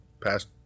past